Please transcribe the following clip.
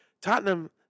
Tottenham